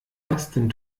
dustin